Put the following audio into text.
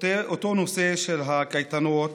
באותו נושא של הקייטנות